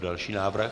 Další návrh.